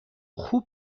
خوب